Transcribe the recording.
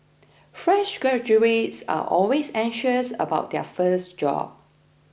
fresh graduates are always anxious about their first job